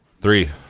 Three